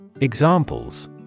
Examples